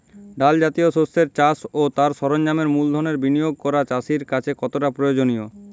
ডাল জাতীয় শস্যের চাষ ও তার সরঞ্জামের মূলধনের বিনিয়োগ করা চাষীর কাছে কতটা প্রয়োজনীয়?